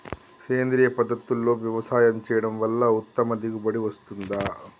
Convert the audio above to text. సేంద్రీయ పద్ధతుల్లో వ్యవసాయం చేయడం వల్ల ఉత్తమ దిగుబడి వస్తుందా?